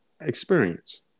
Experience